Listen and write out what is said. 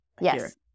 Yes